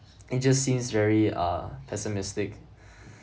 it just seems very uh pessimistic